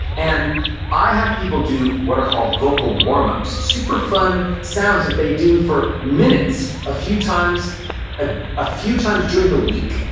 and i have people do what are called vocal warmups, super fun sounds that they do for minutes, a few times ah ah few times during the week,